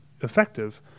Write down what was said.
effective